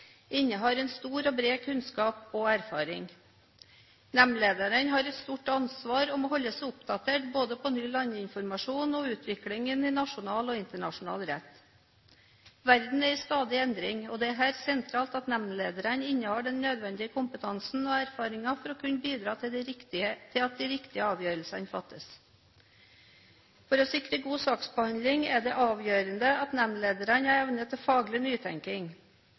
stor og bred kunnskap og erfaring. Nemndlederne har et stort ansvar og må holde seg oppdatert på både ny landinformasjon og utviklingen i nasjonal og internasjonal rett. Verden er i stadig endring, og det er helt sentralt at nemndlederne innehar den nødvendige kompetansen og erfaringen for å kunne bidra til at de riktige avgjørelsene fattes. For å sikre god saksbehandling er det avgjørende at nemndlederne har evne til faglig